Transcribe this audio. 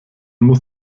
muss